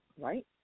right